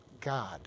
God